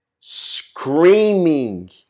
Screaming